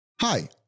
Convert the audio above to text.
Hi